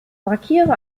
markiere